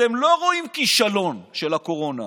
אתם לא רואים כישלון של הקורונה.